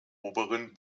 oberen